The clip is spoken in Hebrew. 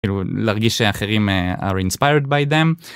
לרגישה אחרים are inspired by them.